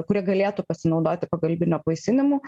kurie galėtų pasinaudoti pagalbiniu apvaisinimu